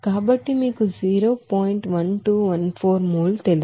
1214 kg mole తెలుసు